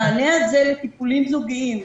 מענה לטיפולים זוגיים,